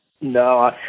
No